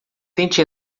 tente